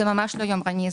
זה ממש לא יומרני.